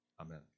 Amen